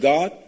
God